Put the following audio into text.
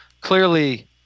clearly